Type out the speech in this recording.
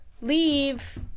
Leave